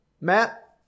Matt